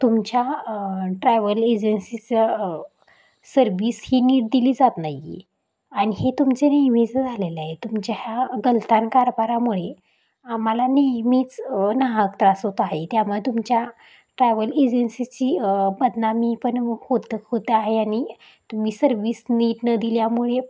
तुमच्या ट्रॅव्हल एजन्सीचं सर्व्हिस ही नीट दिली जात नाही आणि हे तुमचे नेहमीचं झालेलं आहे तुमच्या ह्या गलथान कारभारामुळे आम्हाला नेहमीच नाहक त्रास होत आहे त्यामुळे तुमच्या ट्रॅव्हल एजन्सीची बदनामी पण होत होत आहे आणि तुम्ही सर्व्हिस नीट न दिल्यामुळे